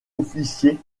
officier